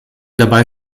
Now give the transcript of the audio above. dabei